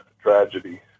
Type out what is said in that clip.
tragedy